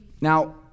Now